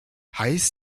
heiß